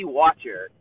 watcher